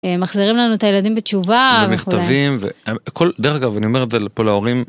מחזירים לנו את הילדים בתשובה ומכתבים וכל דרך אגב אני אומר את זה לפה להורים.